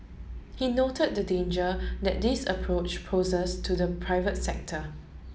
he note the danger that this approach poses to the private sector